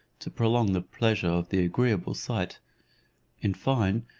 to prolong the pleasure of the agreeable sight in fine,